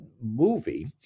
movie